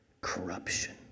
corruption